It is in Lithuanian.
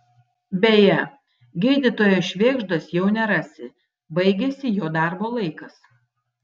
beje gydytojo švėgždos jau nerasi baigėsi jo darbo laikas